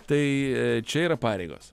tai čia yra pareigos